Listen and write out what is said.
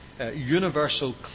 Universal